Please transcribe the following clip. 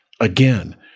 Again